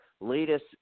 latest